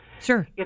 Sure